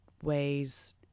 Ways